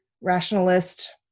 rationalist